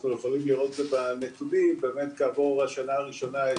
אנחנו יכולים לראות את הנתונים באמת כעבור השנה הראשונה,